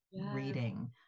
reading